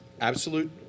Absolute